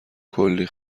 کلی